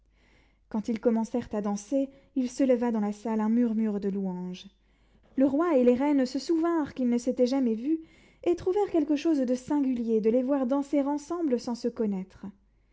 quand ils commencèrent à danser il s'éleva dans la salle un murmure de louanges le roi et les reines se souvinrent qu'ils ne s'étaient jamais vus et trouvèrent quelque chose de singulier de les voir danser ensemble sans se connaître